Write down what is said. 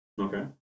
Okay